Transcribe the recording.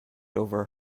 over